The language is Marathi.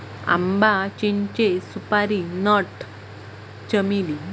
आंबा, चिंचे, सुपारी नट, चमेली